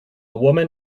woman